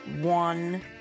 one